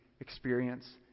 experience